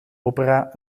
opera